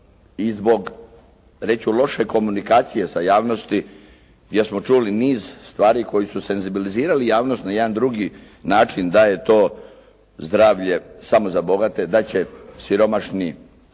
i zbog reći ću loše komunikacije sa javnosti, gdje smo čuli niz stvari koji su senzibilizirali javnost na jedan drugi način da je to zdravlje samo za bogate, da će siromašni